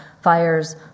fires